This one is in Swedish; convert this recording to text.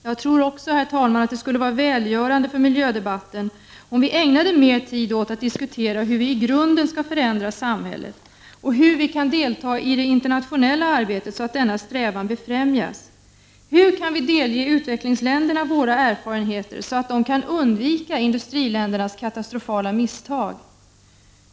Jag tror också, herr talman, att det skulle vara välgörande för miljödebatten, om vi ägnade mer tid åt att diskutera hur vi i grunden skall förändra samhället och hur vi kan delta i det internationella arbetet så att denna strävan främjas. Hur kan vi delge utvecklingsländerna våra erfarenheter, så att de kan undvika industriländernas katastrofala misstag?